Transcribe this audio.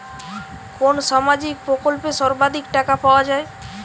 কোন সামাজিক প্রকল্পে সর্বাধিক টাকা পাওয়া য়ায়?